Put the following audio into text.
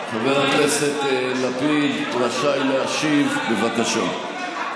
חבר הכנסת לפיד רשאי להשיב, בבקשה.